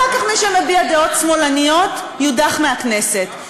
אחר כך, מי שמביע דעות שמאלניות, יודח מהכנסת.